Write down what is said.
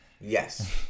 Yes